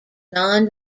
non